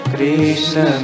Krishna